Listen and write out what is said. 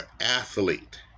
athlete